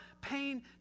pain